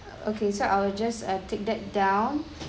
okay so I will just uh take that down